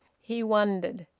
he wondered,